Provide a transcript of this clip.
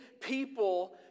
people